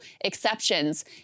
exceptions